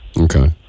okay